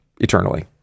eternally